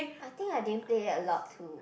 I think I didn't play a lot too